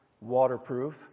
waterproof